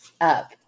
up